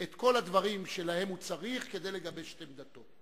את כל הדברים שלהם הוא צריך כדי לגבש את עמדתו,